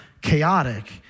chaotic